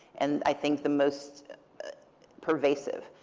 and i think the most pervasive.